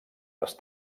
les